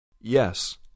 Yes